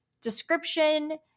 description